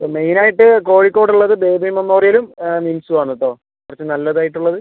ഇപ്പോൾ മെയിനായിട്ട് കോഴിക്കോടുള്ളത് ബേബി മെമ്മോറിയലും നിംസും ആണ് കേട്ടോ അവിടിപ്പം നല്ലതായിട്ടുള്ളത്